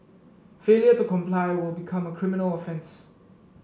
failure to comply will become a criminal offence